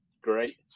great